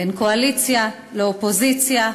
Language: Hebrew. בין קואליציה לאופוזיציה.